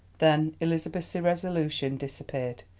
then elizabeth's irresolution disappeared.